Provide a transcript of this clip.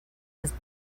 his